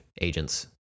agents